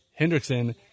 Hendrickson